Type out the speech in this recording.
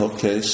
Okay